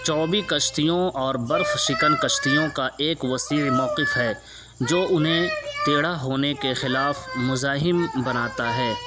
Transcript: چوبی کشتیوں اور برف شکن کشتیوں کا ایک وسیع موقف ہے جو انہیں ٹیڑھا ہونے کے خلاف مزاحم بناتا ہے